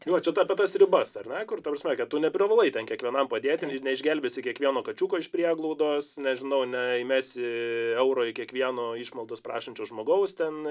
jo čia ta apie tas ribas ar ne kur ta prasme kad tu neprivalai ten kiekvienam padėti ir neišgelbėsi kiekvieno kačiuko iš prieglaudos nežinau neįmesi euro į kiekvieno išmaldos prašančio žmogaus ten